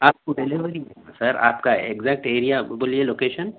آپ کو delivery sir آپ کا ایگزیکٹ ایریا بولیے لوکیشن